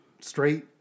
straight